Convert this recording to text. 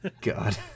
God